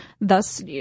thus